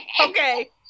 okay